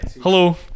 Hello